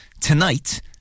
Tonight